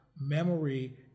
memory